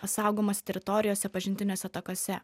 saugomose teritorijose pažintiniuose takuose